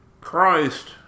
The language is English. Christ